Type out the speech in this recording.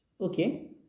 Okay